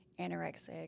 anorexic